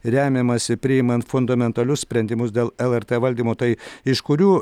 remiamasi priimant fundamentalius sprendimus dėl lrt valdymo tai iš kurių